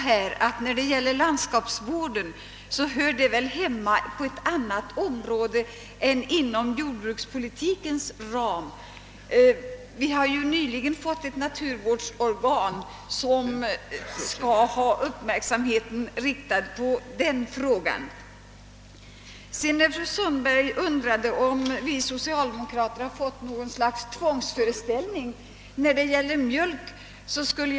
Herr talman! Landskapsvården faller inte inom ramen för jordbrukspolitiken. Vi har ju nyligen fått ett naturvårdsorgan som skall ha uppmärksamheten riktad på dessa frågor. Fru Sundberg undrade om vi socialdemokrater fått något slags tvångsföreställning när det gäller mjölken.